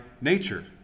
nature